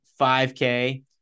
5k